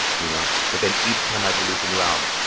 you know. but then each time i'd release a new album,